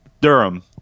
Durham